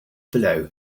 below